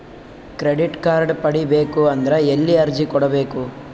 Credit card ಪಡಿಬೇಕು ಅಂದ್ರ ಎಲ್ಲಿ ಅರ್ಜಿ ಕೊಡಬೇಕು?